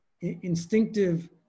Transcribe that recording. instinctive